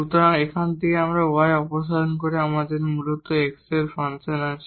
সুতরাং এখান থেকে এই y অপসারণ করে আমাদের মূলত x এর এই ফাংশন আছে